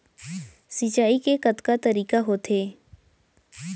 सिंचाई के कतका तरीक़ा होथे?